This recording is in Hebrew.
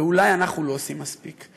ואולי אנחנו לא עושים מספיק.